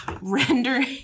rendering